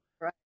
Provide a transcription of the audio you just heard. right